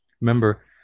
Remember